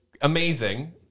amazing